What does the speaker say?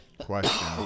question